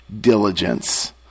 diligence